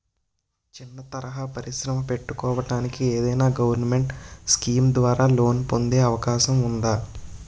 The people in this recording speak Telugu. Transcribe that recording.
చిన్న తరహా పరిశ్రమ పెట్టుకోటానికి ఏదైనా గవర్నమెంట్ స్కీం ద్వారా లోన్ పొందే అవకాశం ఉందా?